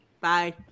Bye